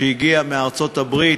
שהגיע מארצות-הברית,